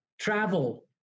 travel